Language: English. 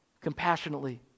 compassionately